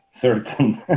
certain